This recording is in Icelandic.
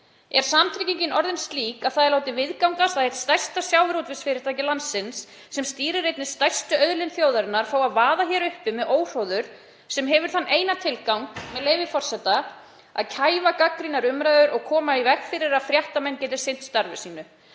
Er samtryggingin orðin slík að það er látið viðgangast að eitt stærsta sjávarútvegsfyrirtæki landsins, sem stýrir einni stærstu auðlind þjóðarinnar, fái að vaða hér uppi með óhróður sem hefur þann eina tilgang að kæfa gagnrýnar umræður og koma í veg fyrir að fréttamenn geti sinnt starfi sínu,